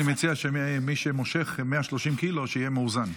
אני מציע שמי שמושך 130 קילו, שיהיה מאוזן.